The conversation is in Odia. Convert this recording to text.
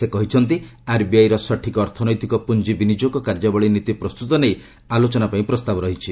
ସେ କହିଛନ୍ତି ଆର୍ବିଆଇ ର ସଠିକ୍ ଅର୍ଥନୈତିକ ପୁଞ୍ଜ ବିନିଯୋଗ କାର୍ଯ୍ୟାବଳୀ ନୀତି ପ୍ରସ୍ତୁତ ନେଇ ଆଲୋଚନା ପାଇଁ ପ୍ରସ୍ତାବ ରହିଛି